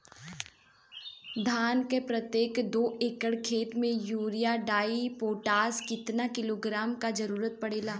धान के प्रत्येक दो एकड़ खेत मे यूरिया डाईपोटाष कितना किलोग्राम क जरूरत पड़ेला?